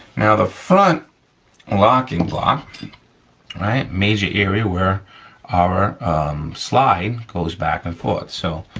now the front locking block. all right, major area where our slide goes back and forth, so,